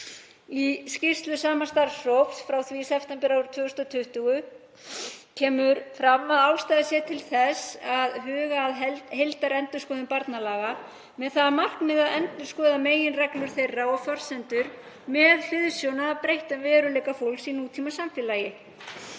Í skýrslu sama starfshóps frá því í september árið 2020 kemur fram að ástæða sé til þess að huga að heildarendurskoðun barnalaga með það að markmiði að endurskoða meginreglur þeirra og forsendur með hliðsjón af breyttum veruleika fólks í nútímasamfélagi.